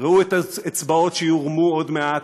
בטרם אתייחס להצעת החוק עצמה,